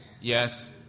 Yes